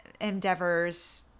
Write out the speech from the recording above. Endeavor's